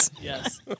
yes